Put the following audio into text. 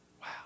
Wow